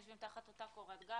אתם כולכם יושבים תחת אותה קורת גג,